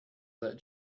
that